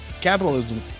capitalism